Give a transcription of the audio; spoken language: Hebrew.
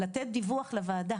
לתת דיווח לוועדה